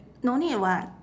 no need [what]